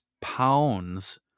pounds